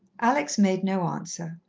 alex made no answer.